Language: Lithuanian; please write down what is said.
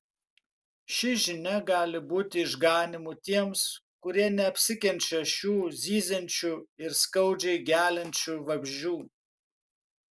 ši žinia gali būti išganymu tiems kurie neapsikenčia šių zyziančių ir skaudžiai geliančių vabzdžių